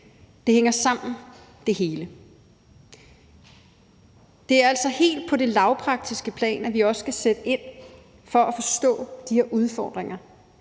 hele hænger sammen. Det er altså helt på det lavpraktiske plan, at vi også skal sætte ind for at forstå de her udfordringer.